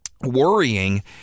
worrying